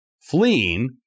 fleeing